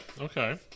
okay